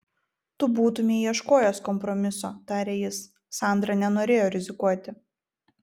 tu būtumei ieškojęs kompromiso tarė jis sandra nenorėjo rizikuoti